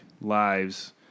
lives